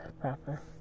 proper